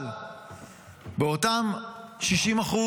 אבל באותם 60%,